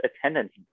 attendance